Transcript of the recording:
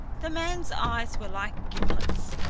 the man's eyes were like gimlets.